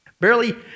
Barely